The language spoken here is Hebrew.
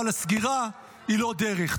אבל הסגירה היא לא דרך.